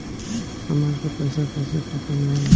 हमन के पईसा कइसे खाता में आय?